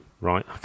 right